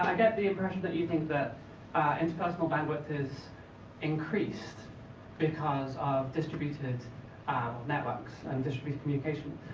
got the impression that you think that interpersonal bandwidth has increased because of distributed networks and distributed communication.